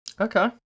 okay